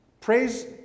Praise